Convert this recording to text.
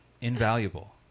Invaluable